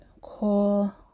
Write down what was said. Cool